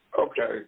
Okay